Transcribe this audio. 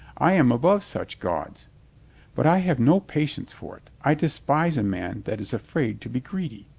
i am above such gauds but i have no patience for it. i despise a man that is afraid to be greedy.